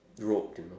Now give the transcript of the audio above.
road you know